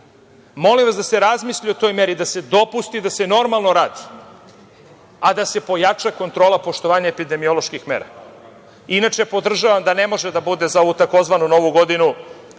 Molim vas da se razmisli o toj meri, da se dopusti da se normalno radi, a da se pojača kontrola poštovanja epidemioloških mera. Inače, podržavam da za ovu tzv. Novu godinu